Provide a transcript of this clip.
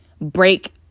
break